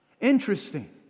Interesting